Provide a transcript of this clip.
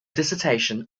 dissertation